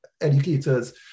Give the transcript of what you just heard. educators